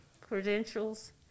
credentials